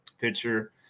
pitcher